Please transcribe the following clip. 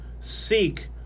seek